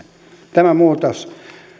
tämä muutos